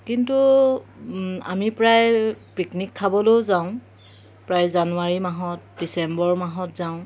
কিন্তু আমি প্ৰায় পিকনিক খাবলৈও যাওঁ প্ৰায় জানুৱাৰী মাহত ডিচেম্বৰ মাহত যাওঁ